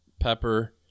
pepper